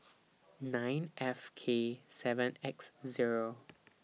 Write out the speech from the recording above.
nine F K seven X Zero